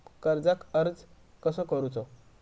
कर्जाक अर्ज कसो करूचो?